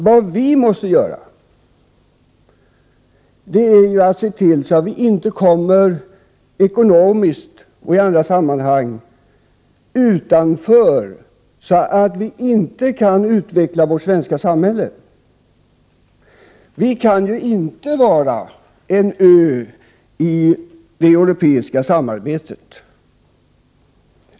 Vad vi måste göra är att se till att vi ekonomiskt och i andra sammanhang inte kommer utanför, så att vi inte kan utveckla vårt svenska samhälle. Sverige kan ju inte vara en ö i det europeiska samarbetet.